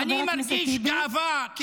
אני מרגיש גאווה,